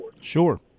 Sure